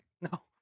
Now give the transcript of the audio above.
No